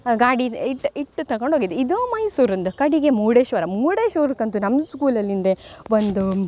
ಗಾಡಿದೆ ಇಷ್ಟ್ ಇಷ್ಟ್ ತಕೊಂಡೋಗಿದ್ದೆ ಇದು ಮೈಸೂರಿಂದು ಕಡೆಗೆ ಮುರ್ಡೇಶ್ವರ ಮುರ್ಡೇಶ್ವರಕ್ಕಂತೂ ನಮ್ಮ ಸ್ಕೂಲಲಿಂದ ಒಂದು